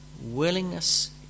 willingness